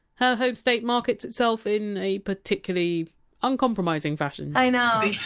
her home state markets itself in a particularly uncompromising fashion i know. yeah